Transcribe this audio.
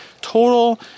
total